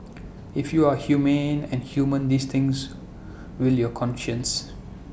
if you are humane and human these things will your conscience